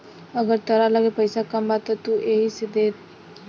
अगर तहरा लगे पईसा कम बा त तू एही से देद